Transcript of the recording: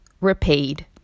repaid